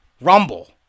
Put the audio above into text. Rumble